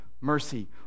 mercy